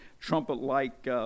trumpet-like